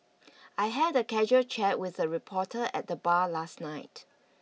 I had a casual chat with a reporter at the bar last night